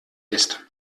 ist